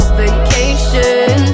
vacation